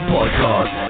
Podcast